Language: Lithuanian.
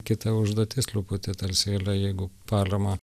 kita užduotis truputį tarsi yra jeigu paramą